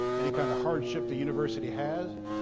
any kind of hardship the university has.